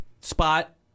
spot